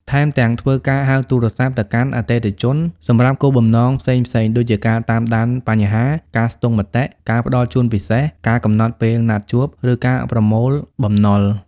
ថែមទាំង ធ្វើការហៅទូរស័ព្ទទៅកាន់អតិថិជនសម្រាប់គោលបំណងផ្សេងៗ ដូចជាការតាមដានបញ្ហា ការស្ទង់មតិ ការផ្ដល់ជូនពិសេស ការកំណត់ពេលណាត់ជួប ឬការប្រមូលបំណុល។